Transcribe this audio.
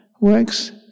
works